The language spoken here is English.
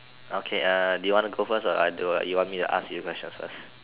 okay err do you want to go first or I or you want me to ask you the questions first